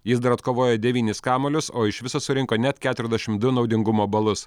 jis dar atkovojo devynis kamuolius o iš viso surinko net keturiasdešimt du naudingumo balus